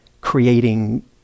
creating